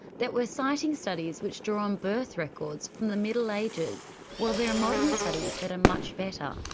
that we're citing studies which draw on birth records from the middle ages while there are modern studies that are much better.